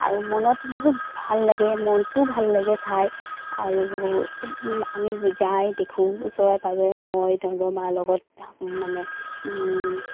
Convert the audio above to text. আৰু মনত বহুত ভাল লাগে মনটোও ভাল লাগে চাই আৰু আমি যাই দেখো ওচৰে পাঁজৰে নৈ নৰ্দমা লগত মানে